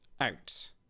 out